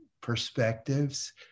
perspectives